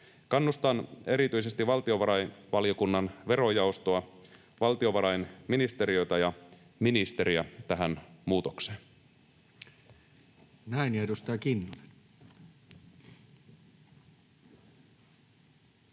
Kannustan erityisesti valtiovarainvaliokunnan verojaostoa sekä valtiovarainministeriötä ja ‑ministeriä tähän muutokseen.